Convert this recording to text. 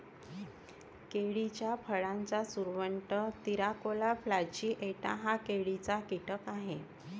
केळीच्या फळाचा सुरवंट, तिराकोला प्लॅजिएटा हा केळीचा कीटक आहे